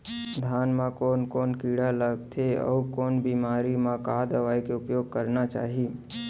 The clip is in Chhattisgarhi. धान म कोन कोन कीड़ा लगथे अऊ कोन बेमारी म का दवई के उपयोग करना चाही?